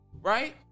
right